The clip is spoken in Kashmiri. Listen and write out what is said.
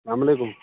اَسلامُ علیکُم